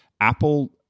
Apple